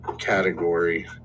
category